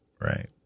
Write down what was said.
Right